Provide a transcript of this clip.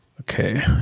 Okay